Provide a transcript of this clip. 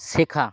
শেখা